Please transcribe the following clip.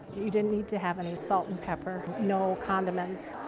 you didn't need to have any salt and pepper. no condiments.